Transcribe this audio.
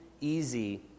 easy